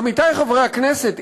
עמיתי חברי הכנסת,